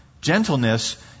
Gentleness